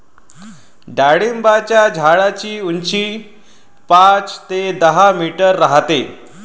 डाळिंबाच्या झाडाची उंची पाच ते दहा मीटर राहते